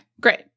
Great